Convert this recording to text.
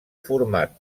format